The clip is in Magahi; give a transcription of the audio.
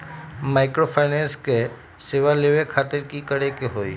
माइक्रोफाइनेंस के सेवा लेबे खातीर की करे के होई?